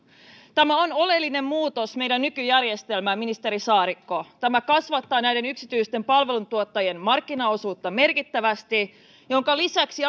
tämä on oleellinen muutos meidän nykyjärjestelmään ministeri saarikko tämä kasvattaa yksityisten palveluntuottajien markkinaosuutta merkittävästi minkä lisäksi